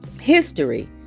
History